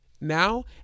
now